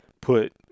put